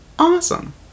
Awesome